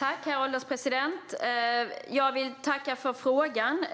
Herr ålderspresident! Jag vill tacka för frågan.